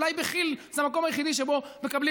אולי כי"ל זה המקום היחיד שבו מקבלים